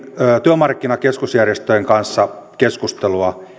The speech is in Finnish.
työmarkkinakeskusjärjestöjen kanssa keskustelua